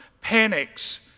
panics